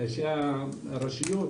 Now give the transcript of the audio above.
שהרשויות,